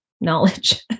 knowledge